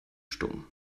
stumm